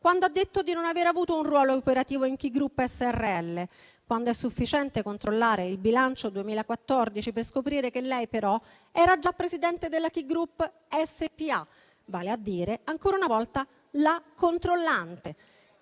quando ha detto di non aver avuto un ruolo operativo in Ki Group Srl, quando è sufficiente controllare il bilancio 2014 per scoprire che lei, però, era già presidente della Ki Group SpA, vale a dire ancora una volta la controllante.